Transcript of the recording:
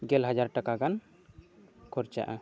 ᱜᱮᱞ ᱦᱟᱡᱟᱨ ᱴᱟᱠᱟ ᱜᱟᱱ ᱠᱷᱚᱨᱪᱟᱜᱼᱟ